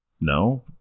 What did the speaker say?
No